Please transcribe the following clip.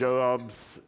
Jobs